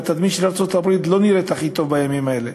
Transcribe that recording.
והתדמית של ארצות-הברית לא נראית הכי טוב בימים האלה.